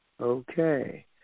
Okay